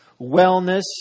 wellness